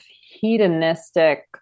hedonistic